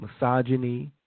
misogyny